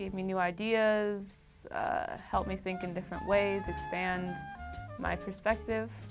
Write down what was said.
gave me new ideas help me think in different ways expand my perspective